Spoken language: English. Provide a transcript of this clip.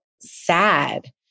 sad